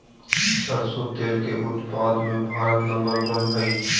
सरसों तेल के उत्पाद मे भारत नंबर वन हइ